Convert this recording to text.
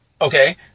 Okay